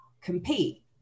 compete